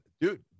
dude